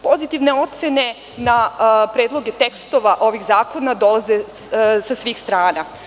Pozitivne ocene na predloge tekstova ovih zakona dolaze sa svih strana.